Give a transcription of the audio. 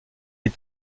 les